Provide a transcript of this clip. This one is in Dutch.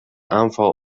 aanval